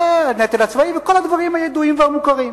והנטל הצבאי וכל הדברים הידועים והמוכרים.